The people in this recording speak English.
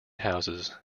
houses